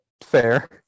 fair